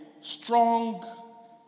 strong